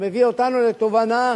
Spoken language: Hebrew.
הוא מביא אותנו לתובנה